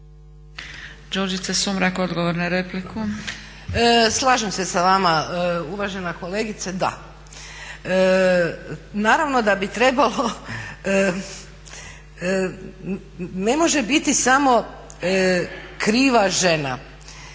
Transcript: **Sumrak, Đurđica (HDZ)** Slažem se sa vama uvažena kolegice. Naravno da bi trebalo, ne može biti samo kriva žena,